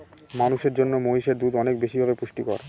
মানুষের জন্য মহিষের দুধ অনেক বেশি ভাবে পুষ্টিকর